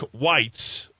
whites